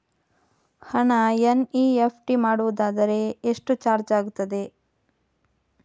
ಹಣ ಎನ್.ಇ.ಎಫ್.ಟಿ ಮಾಡುವುದಾದರೆ ಎಷ್ಟು ಚಾರ್ಜ್ ಆಗುತ್ತದೆ?